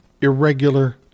irregular